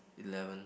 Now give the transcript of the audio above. eleven